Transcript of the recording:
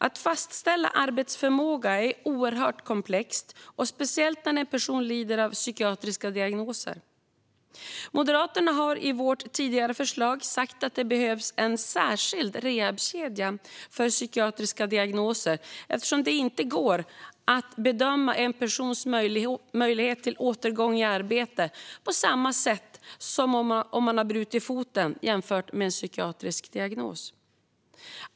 Att fastställa arbetsförmåga är oerhört komplext och speciellt när en person lider av psykiatriska diagnoser. Moderaterna har i sitt tidigare förslag sagt att det behövs en särskild rehabkedja för psykiatriska diagnoser, eftersom det inte går att bedöma en persons möjligheter till återgång i arbete på samma sätt vid en psykiatrisk diagnos som när personen har brutit foten.